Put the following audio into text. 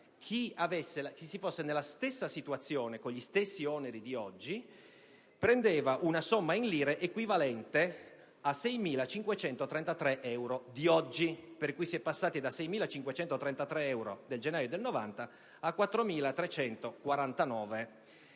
chi fosse stato nella stessa situazione e con gli stessi oneri di oggi, avrebbe preso una somma in lire equivalente a 6.533 euro di oggi. Quindi, si è passati dai 6.533 euro del gennaio 1990 ai 4.349 euro